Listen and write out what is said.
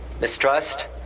mistrust